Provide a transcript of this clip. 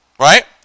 right